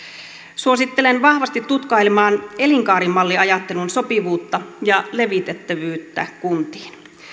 suosittelen vahvasti tutkailemaan elinkaarimalliajattelun sopivuutta ja levitettävyyttä kuntiin